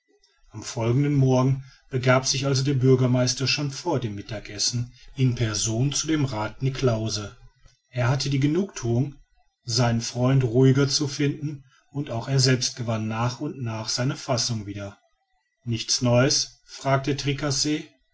am folgenden morgen begab sich also der bürgermeister schon vor dem mittagessen in person zu dem rath niklausse er hatte die genugthuung seinen freund ruhiger zu finden und auch er selbst gewann nach und nach seine fassung wieder nichts neues fragte